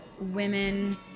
women